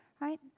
right